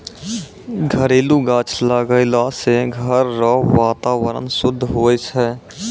घरेलू गाछ लगैलो से घर रो वातावरण शुद्ध हुवै छै